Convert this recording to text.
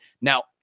Now